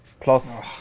plus